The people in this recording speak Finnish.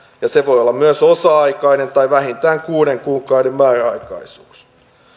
ja se voi olla myös osa aikainen tai vähintään kuuden kuukauden määräaikaisuus